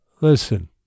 listen